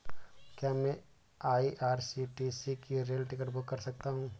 क्या मैं आई.आर.सी.टी.सी से रेल टिकट बुक कर सकता हूँ?